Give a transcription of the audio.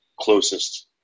closest